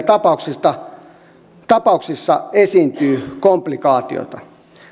tapauksista esiintyy komplikaatioita